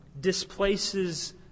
displaces